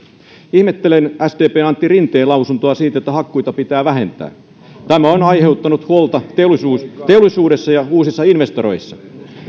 ihmettelen sdpn antti rinteen lausuntoa siitä että hakkuita pitää vähentää tämä on aiheuttanut huolta teollisuudessa teollisuudessa ja uusissa investoreissa